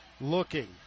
looking